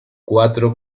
cuatro